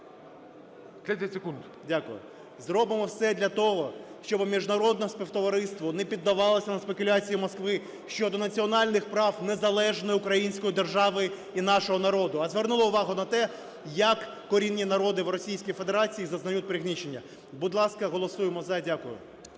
Дякую. Зробимо все для того, щоб міжнародне співтовариство не піддавалося на спекуляції Москви щодо національних прав незалежної української держави і нашого народу, а звернуло увагу на те, як корінні народи в Російській Федерації зазнають пригнічення. Будь ласка, голосуємо - "за". Дякую.